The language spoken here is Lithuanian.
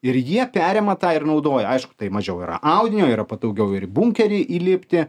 ir jie perima tą ir naudoja aišku tai mažiau yra audinio yra patogiau ir bunkery įlipti